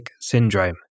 syndrome